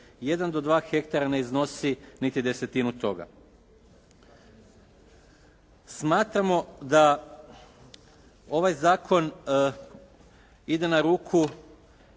do dva hektara ne iznosi niti desetinu toga. Smatramo da ovaj zakon ide na ruku